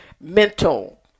mental